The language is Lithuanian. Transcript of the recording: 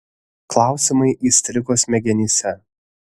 klausimai įstrigo smegenyse